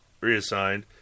reassigned